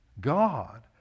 God